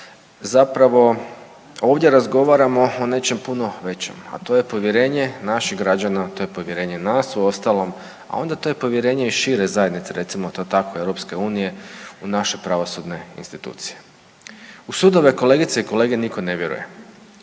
zapravo ovdje razgovaramo o nečem punom većem, a to je povjerenje naših građana, to je povjerenje nas uostalom, a onda to je povjerenje i šire zajednice recimo to tako EU u naše pravosudne institucije. U sudove kolegice i kolege niko ne vjeruje,